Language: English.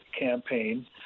campaign